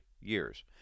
years